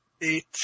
Eight